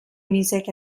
music